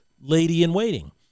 lady-in-waiting